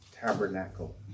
tabernacle